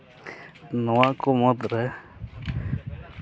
ᱱᱚᱣᱟ ᱠᱚ ᱢᱩᱫᱽ ᱨᱮ